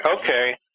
Okay